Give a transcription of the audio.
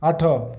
ଆଠ